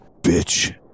Bitch